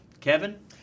Kevin